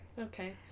Okay